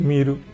Miru